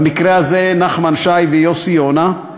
במקרה הזה נחמן שי ויוסי יונה,